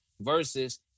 versus